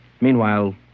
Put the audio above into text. Meanwhile